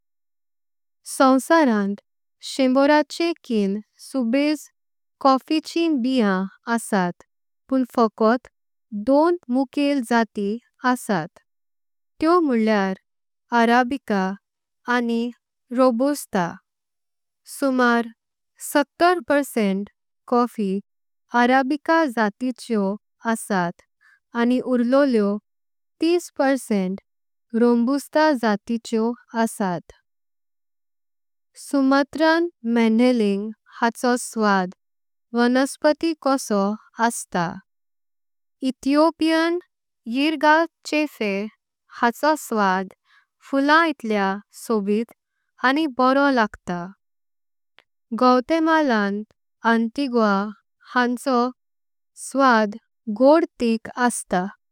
सोंवसारांत शेम्बोराचेंकीन सुबेज कॉफीचें बियाम असात। पण फोकट दोन मुखेल जाती असात तेयो म्होळ्यार अरेबिका। आनी रोबुस्ता सुमार सत्तर परसेंट कॉफी अरेबिका जातिचेयो। असात आनी उर्लोलेयो तिस परसेंट रोबुस्ता जातिचेयो असात। सुमात्रान मंडहेलिंग हाचो स्वाद वनस्पति कोसो अस्तं। एथिओपियन यिर्गचफे हाचो स्वाद फुलां इतल्या सोबीत आनी। बरो लागता ग्वाटेमालन अन्तिग्वा हांचो स्वाद गोड ठिक अस्तं।